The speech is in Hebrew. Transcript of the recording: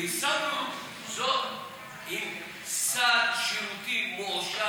ויישמנו זאת עם סל שירותים מועשר,